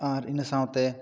ᱟᱨ ᱤᱱᱟᱹ ᱥᱟᱶᱛᱮ